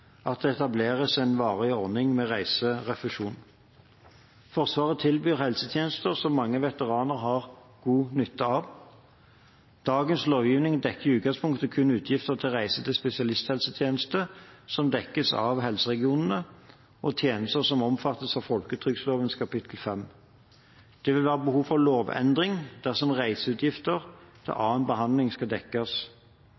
at det etableres en varig ordning med reiserefusjon. Forsvaret tilbyr helsetjenester som mange veteraner har god nytte av. Dagens lovgivning dekker i utgangspunktet kun utgifter til reiser til spesialisthelsetjenester som dekkes av helseregionene, og tjenester som omfattes av folketrygdlovens kapittel 5. Det vil være behov for lovendring dersom reiseutgifter til